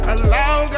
Allow